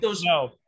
No